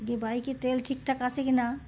যে বাইকে তেল ঠিক ঠাক আছে কি না